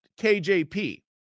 KJP